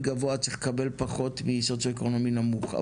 גבוה צריך לקבל פחות מסוציואקונומי נמוך.